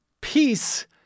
Peace